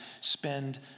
spend